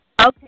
Okay